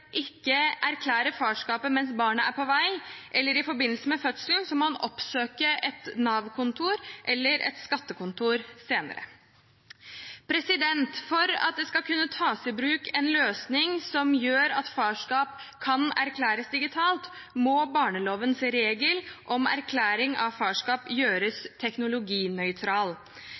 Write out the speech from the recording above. farskapet mens barnet er på vei, eller i forbindelse med fødselen, må han oppsøke et Nav-kontor eller et skattekontor senere. For at det skal kunne tas i bruk en løsning som gjør at farskap kan erklæres digitalt, må barnelovens regel om erklæring av farskap gjøres teknologinøytral.